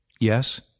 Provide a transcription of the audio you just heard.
yes